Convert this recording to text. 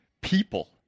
people